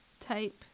type